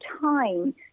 time